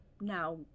now